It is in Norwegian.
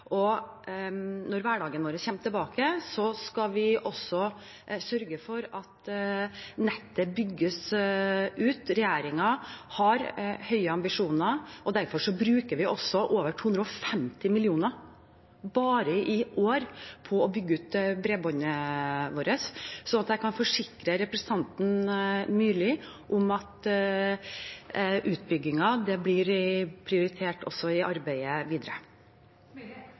Når hverdagen vår kommer tilbake, skal vi også sørge for at nettet bygges ut. Regjeringen har høye ambisjoner, derfor bruker vi bare i år over 250 mill. kr på å bygge ut bredbåndet vårt. Så jeg kan forsikre representanten Myrli om at utbyggingen blir prioritert også i arbeidet videre.